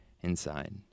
Inside